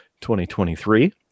2023